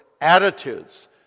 attitudes